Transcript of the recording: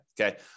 Okay